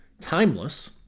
timeless